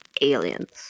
aliens